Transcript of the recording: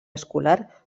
escolar